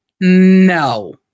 No